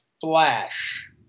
Flash